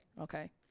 Okay